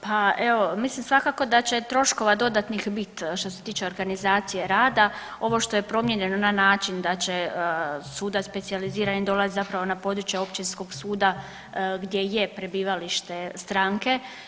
Pa evo, mislim svakako da će troškova dodatnih bit što se tiče organizacije rada ovo što je promijenjeno na način da će sudac specijalizirani dolazit zapravo na područje općinskog suda gdje je prebivalište stranke.